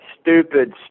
stupid